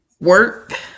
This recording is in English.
work